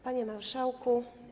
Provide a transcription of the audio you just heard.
Panie Marszałku!